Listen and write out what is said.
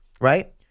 right